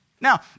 Now